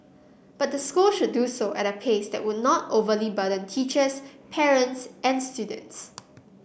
but the school should do so at a pace that would not overly burden teachers parents and students